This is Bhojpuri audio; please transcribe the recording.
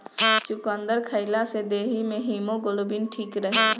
चुकंदर खइला से देहि में हिमोग्लोबिन ठीक रहेला